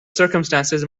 circumstances